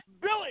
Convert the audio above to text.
Billy